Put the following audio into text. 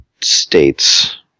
states